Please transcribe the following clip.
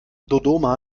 dodoma